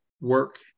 work